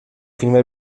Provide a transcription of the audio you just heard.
finiva